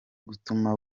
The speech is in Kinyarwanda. gutuma